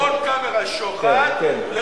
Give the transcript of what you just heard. אתה